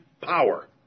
power